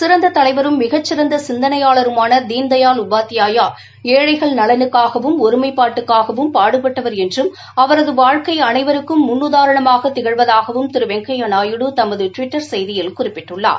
சிறந்த தலைவரும் மிகச்சிறந்த சிந்தனையாளருமான தீன்தயாள் உபாத்தியாயா ஏழைகள் நலனுக்காகவும் ஒருமைப்பாட்டுக்காகவும் பாடுபட்டவர் என்றும் அவரது வாழ்க்கை அனைவருக்கும் முன்னுதாரணமாக திகழ்வதாகவும் திரு வெங்கையா நாயுடு தமது டுவிட்டர் செய்தியில் குறிப்பிட்டுள்ளார்